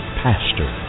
pastor